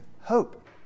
hope